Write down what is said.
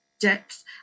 depth